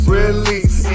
release